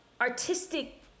artistic